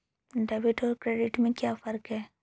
Debit और credit में क्या फर्क है?